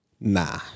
Nah